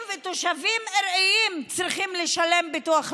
ותושבים ארעיים צריכים לשלם ביטוח לאומי,